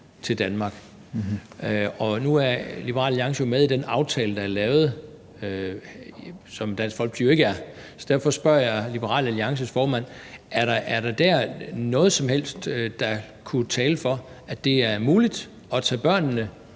til Danmark. Nu er Liberal Alliance jo med i den aftale, der er lavet, og det er Dansk Folkeparti ikke. Derfor spørger jeg Liberal Alliances formand: Er der dér noget som helst, der kunne tale for, at det er muligt at tage børnene